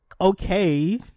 Okay